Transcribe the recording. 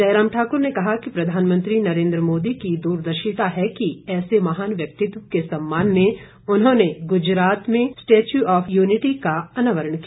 जयराम ठाकुर ने कहा कि प्रधानमंत्री नरेंद्र मोदी की दूरदर्शिता है कि ऐसे महान व्यक्तित्व के सम्मान में उन्होंने गुजरात स्टेच्यू ऑफ यूनिटी का अनावरण किया